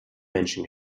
menschen